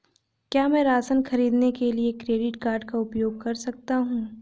क्या मैं राशन खरीदने के लिए क्रेडिट कार्ड का उपयोग कर सकता हूँ?